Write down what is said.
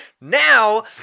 Now